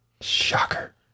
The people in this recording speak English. Shocker